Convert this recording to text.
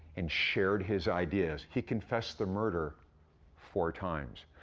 and shared his ideas. he confessed the murder four times.